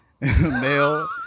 male